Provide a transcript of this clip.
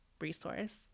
resource